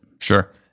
Sure